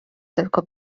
tylko